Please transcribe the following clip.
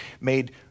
made